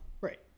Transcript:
Right